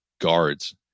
guards